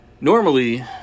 Normally